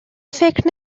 فکر